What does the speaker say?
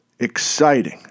Exciting